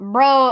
Bro